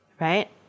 Right